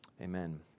Amen